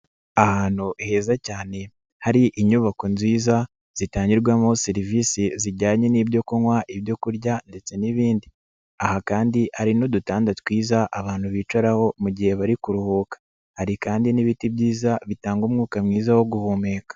Ahantu heza cyane hari inyubako nziza zitangirwamo serivisi zijyanye n'ibyo kunywa, ibyo kurya ndetse n'ibindi, aha kandi hari n'udutanda twiza abantu bicaraho mu gihe bari kuruhuka, hari kandi n'ibiti byiza bitanga umwuka mwiza wo guhumeka.